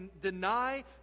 deny